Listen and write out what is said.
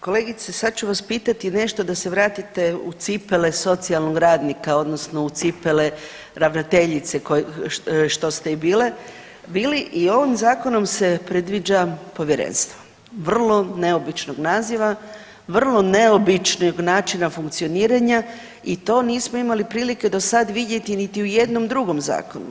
Kolegice, sad ću vas pitati nešto da se vratite u cipele socijalnog radnika odnosno u cipele ravnateljice što ste i bile, bili i ovim zakonom se predviđa povjerenstvo, vrlo neobičnog naziva, vrlo neobičnog načina funkcioniranja i to nismo imali prilike do sad vidjeti niti u jednom drugom zakonu.